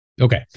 Okay